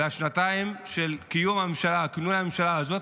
בשנתיים של קיום הממשלה הזאת,